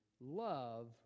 love